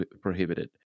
prohibited